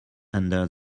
under